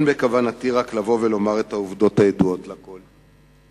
אין בכוונתי לבוא ולומר רק את העובדות הידועות לכול,